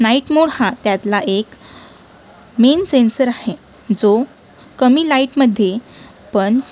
night mode हा त्यातला एक मेन सेन्सर आहे जो कमी लाईटमध्ये पण